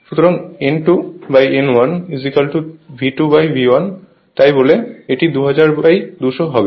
সুতরাং N2N1 V2V 1 তাই বলে এটি 2000 200 হবে তাই এটি 10 হবে